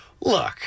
Look